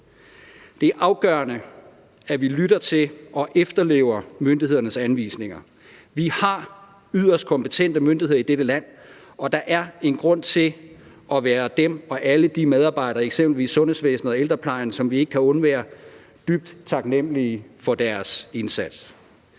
Det er afgørende, at vi lytter til og efterlever myndighedernes anvisninger. Vi har yderst kompetente myndigheder i dette land, og der er en grund til at være dem og alle de medarbejdere – eksempelvis i sundhedsvæsenet og ældreplejen, som vi ikke kan undvære – dybt taknemlige for deres indsats.